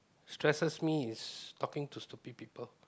stresses me is talking to stupid people